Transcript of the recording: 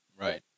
Right